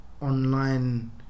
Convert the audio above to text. online